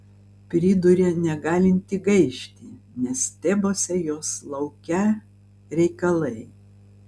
pridūrė negalinti gaišti nes tebuose jos laukią reikalai